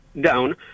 down